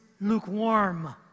lukewarm